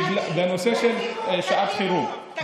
בנושא של שעת חירום,